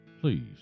please